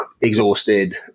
exhausted